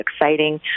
exciting